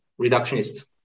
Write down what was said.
reductionist